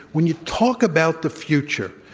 when you talk about the future,